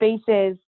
spaces